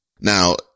Now